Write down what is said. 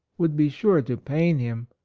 would be sure to pain him,